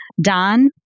Don